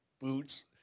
boots